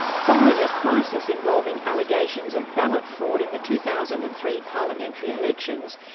following a crisis involving allegations of ballot fraud in the two thousand and three parliamentary elections,